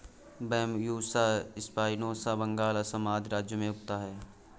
Bambusa स्पायनोसा बंगाल, असम आदि राज्यों में उगता है